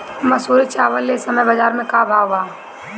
मंसूरी चावल एह समय बजार में का भाव बा?